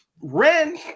Ren